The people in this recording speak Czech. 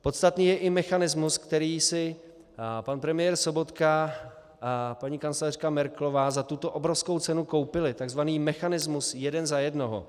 Podstatný je i mechanismus, který si pan premiér Sobotka a paní kancléřka Merkelová za tuto obrovskou cenu koupili, takzvaný mechanismus jeden za jednoho.